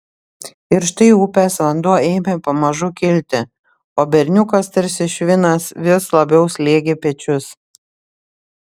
ir štai upės vanduo ėmė pamažu kilti o berniukas tarsi švinas vis labiau slėgė pečius